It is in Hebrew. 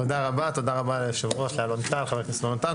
תודה רבה ליושב-ראש חבר הכנסת אלון טל,